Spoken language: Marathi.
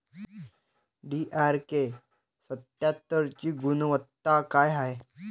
डी.आर.के सत्यात्तरची गुनवत्ता काय हाय?